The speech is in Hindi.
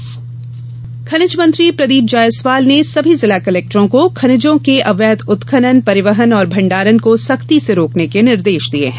अवैध उत्खनन खनिज मंत्री प्रदीप जायसवाल ने सभी जिला कलेक्टरों को खनिजों के अवैध उत्खनन परिवहन और भण्डारण को सख्ती से रोकने के निर्देश दिये हैं